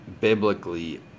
biblically